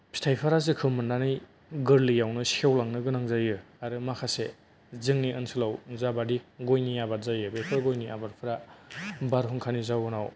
फिथाइफोरा जोखोम मोननानै गोरलैआवनो सेवलांनो गोनां जायो आरो माखासे जोंनि ओनसोलाव जा बादि गइनि आबाद जायो बेफोर गयनि आबादफोरा बारहुंखानि जाउनाव